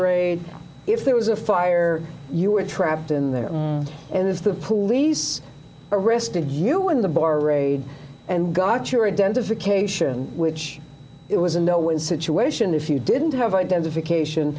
raid if there was a fire you were trapped in there and if the police arrested you in the bar raid and got your identification which it was a no win situation if you didn't have identification